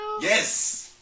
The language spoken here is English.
Yes